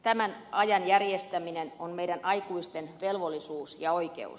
tämän ajan järjestäminen on meidän aikuisten velvollisuus ja oikeus